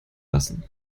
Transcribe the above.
lassen